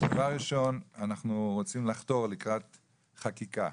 אז דבר ראשון אנחנו רוצים לחתור לקראת חקיקה,